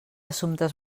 assumptes